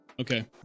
okay